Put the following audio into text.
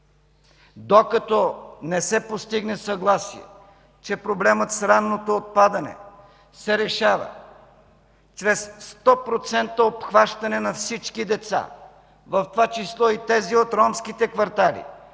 Докато не се постигне съгласие, че проблемът с ранното отпадане се решава чрез 100% обхващане на всички деца, в това число и тези от ромските квартали,